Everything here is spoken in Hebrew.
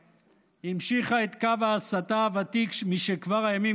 המשיכה את קו ההסתה הוותיק משכבר הימים